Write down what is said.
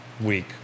week